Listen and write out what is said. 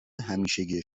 همیشگی